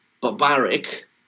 barbaric